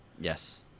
yes